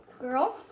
Girl